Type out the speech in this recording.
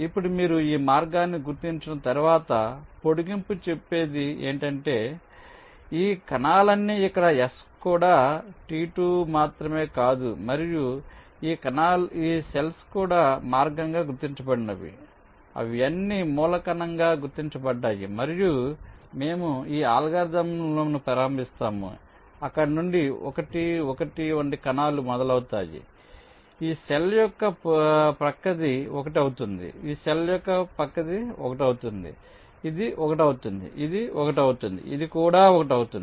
ఇప్పుడు మీరు ఈ మార్గాన్ని గుర్తించిన తర్వాత ఈ పొడిగింపు చెప్పేది ఏమిటంటే ఈ కణాలన్నీ ఇక్కడ S కూడా T2 మాత్రమే కాదు మరియు ఈ కణాలు కూడా మార్గంగా గుర్తించబడినవి అవి అన్ని మూల కణంగా గుర్తించబడ్డాయి మరియు మేము ఈ అల్గారిథమ్లను ప్రారంభిస్తాము అక్కడ నుండి 1 1 వంటి సంఖ్యలు మొదలవుతాయి ఈ సెల్ యొక్క పొరుగువారు కూడా 1 అవుతారు ఈ సెల్ యొక్క పొరుగువారు 1 అవుతారు ఇది 1 అవుతుంది ఇది 1 అవుతుంది ఇది కూడా 1 అవుతుంది